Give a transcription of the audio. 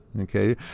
Okay